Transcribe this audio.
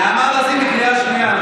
מה שאמרת, נעמה לזימי, קריאה שנייה.